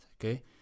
Okay